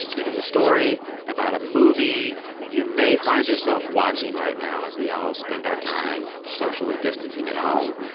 it is a story about a movie you may find yourself watching right now as we all spend our time socially distancing at home.